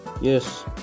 yes